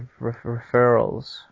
referrals